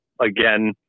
Again